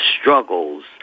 struggles